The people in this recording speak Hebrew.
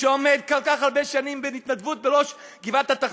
שעובד כל כך הרבה שנים בהתנדבות בראש גבעת-התחמושת.